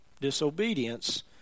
Disobedience